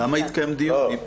למה יתקיים דיון?